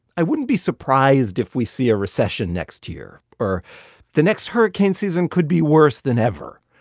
i wouldn't be surprised if we see a recession next year. or the next hurricane season could be worse than ever.